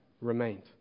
remained